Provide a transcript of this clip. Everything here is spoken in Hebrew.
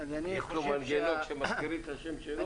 יש לו מנגנון, כשמזכירים את השם שלו, כמו דני דין.